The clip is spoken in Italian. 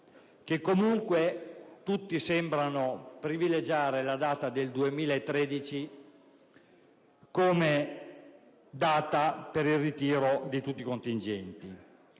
che unanimemente sembrano privilegiare il 2013 come data per il ritiro di tutti i contingenti.